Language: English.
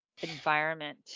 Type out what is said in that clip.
environment